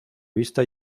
vista